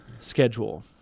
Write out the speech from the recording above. schedule